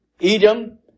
Edom